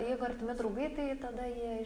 jeigu artimi draugai tai tada jie ir